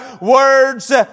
words